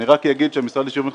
אני רק אגיד שהמשרד לשוויון חברתי,